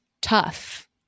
tough